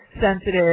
sensitive